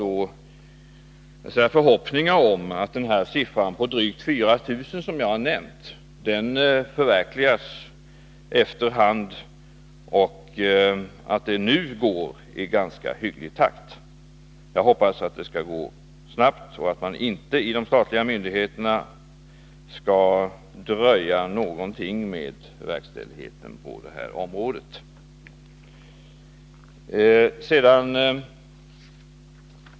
Vi har förhoppningar om att den siffra på drygt 4 000 som jag har nämnt efter hand kommer att förverkligas och noterar att det nu går i ganska hygglig takt. Jag hoppas att det skall gå snabbt och att de statliga myndigheterna inte skall dröja med verkställigheten på detta område.